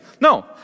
No